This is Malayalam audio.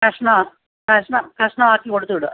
കഷ്ണം ആ കഷ്ണം കഷ്ണം ആക്കി കൊടുത്ത് വിടാം